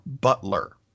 Butler